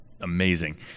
amazing